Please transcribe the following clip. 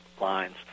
lines